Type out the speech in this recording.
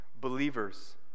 believers